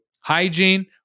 hygiene